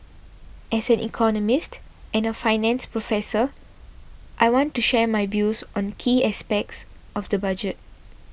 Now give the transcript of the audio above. as an economist and a finance professor I want to share my views on key aspects of the budget